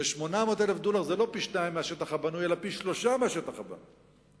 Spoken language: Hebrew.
ו-800,000 דונם זה לא פי-שניים מהשטח הבנוי אלא פי-שלושה מהשטח הבנוי.